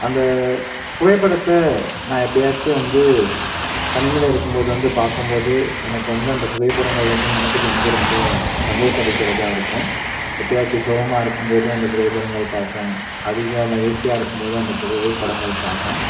அந்த புகைப்படத்தை நான் எப்போயாச்சி வந்து தனிமையிலிருக்கும்போது வந்து பார்க்கும்போது எனக்கு வந்து அந்த புகைப்படங்கள் வந்து மனதுக்கு வந்து ரொம்ப சந்தோஷம் அளிக்கிறதா இருக்கும் எப்பையாச்சு சோகமாக இருக்கும்போதும் அந்த புகைப்படங்கள் பார்ப்பேன் அதிக மகிழ்ச்சியாக இருக்கும்போதும் அந்த புகைப்படங்கள் பார்ப்பேன்